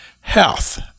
health